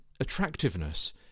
attractiveness